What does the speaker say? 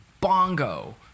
bongo